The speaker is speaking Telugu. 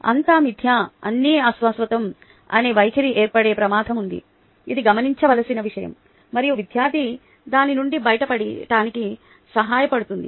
అంతా మిధ్య అన్నీ ఆశాశ్వతం అనే వైఖరి ఏర్పడే ప్రమాదం ఉంది ఇది గమనించవలసిన విషయం మరియు విద్యార్థి దాని నుండి బయటపడటానికి సహాయపడుతుంది